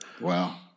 Wow